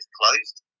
closed